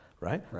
Right